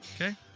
Okay